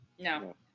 No